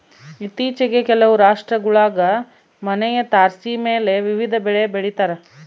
ಇತ್ತೀಚಿಗೆ ಕೆಲವು ರಾಷ್ಟ್ರಗುಳಾಗ ಮನೆಯ ತಾರಸಿಮೇಲೆ ವಿವಿಧ ಬೆಳೆ ಬೆಳಿತಾರ